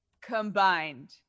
combined